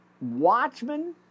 Watchmen